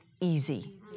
easy